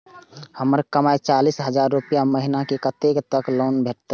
हमर कमाय चालीस हजार रूपया महिना छै कतैक तक लोन भेटते?